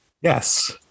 Yes